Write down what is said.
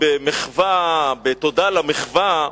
ובמחווה ובתודה על המחווה,